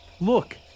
Look